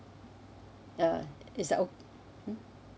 uh is that